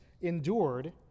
endured